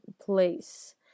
place